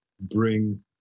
bring